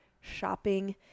shopping